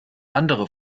andere